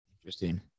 Interesting